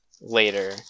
later